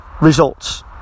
results